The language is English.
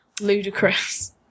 ludicrous